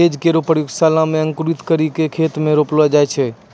बीज केरो प्रयोगशाला म अंकुरित करि क खेत म रोपलो जाय छै